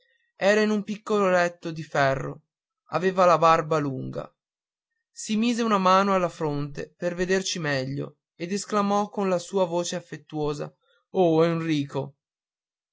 era in un piccolo letto di ferro aveva la barba lunga si mise una mano alla fronte per vederci meglio ed esclamò con la sua voce affettuosa oh enrico